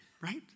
right